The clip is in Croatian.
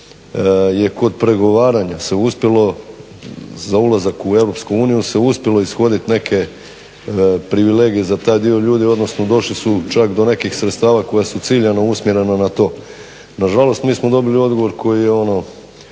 je kod pregovaranja se uspjelo za ulazak u EU se uspjelo ishoditi neke privilegije za taj dio ljudi, odnosno došli su čak do nekih sredstava koja su ciljano usmjerena na to. Na žalost, mi smo dobili odgovor koji je ono